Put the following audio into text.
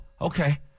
okay